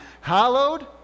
hallowed